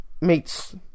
meets